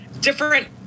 different